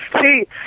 See